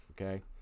okay